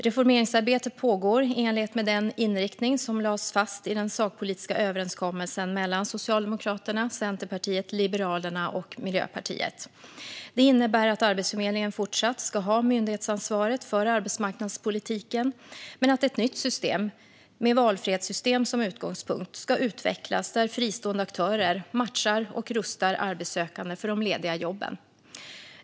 Reformeringsarbetet pågår i enlighet med den inriktning som lades fast i den sakpolitiska överenskommelsen mellan Socialdemokraterna, Centerpartiet, Liberalerna och Miljöpartiet. Det innebär att Arbetsförmedlingen även i fortsättningen ska ha myndighetsansvaret för arbetsmarknadspolitiken men att ett nytt system, med valfrihetssystem som utgångspunkt, ska utvecklas där fristående aktörer matchar och rustar arbetssökande för de lediga jobben.